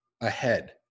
ahead